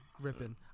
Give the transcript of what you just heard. ripping